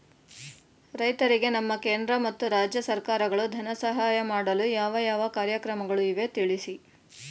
ರೈತರಿಗೆ ನಮ್ಮ ಕೇಂದ್ರ ಮತ್ತು ರಾಜ್ಯ ಸರ್ಕಾರಗಳು ಧನ ಸಹಾಯ ಮಾಡಲು ಯಾವ ಯಾವ ಕಾರ್ಯಕ್ರಮಗಳು ಇವೆ ತಿಳಿಸಿ?